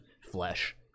flesh